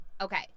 Okay